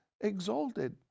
exalted